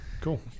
cool